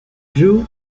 drew